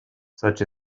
such